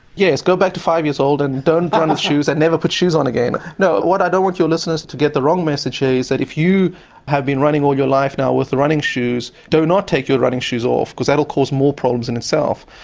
yes, go back to five years old and don't run with shoes and never put shoes on again. no, what i don't what your listeners to get the wrong message is that if you have been running all your life now with running shoes do not take your running shoes off because that will cause more problems in itself.